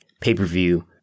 pay-per-view